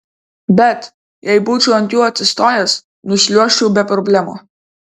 bet jei būčiau ant jų atsistojęs nušliuožčiau be problemų